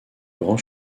grand